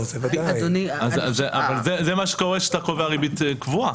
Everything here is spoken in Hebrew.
זה מה שקורה כשאתה קובע ריבית קבועה.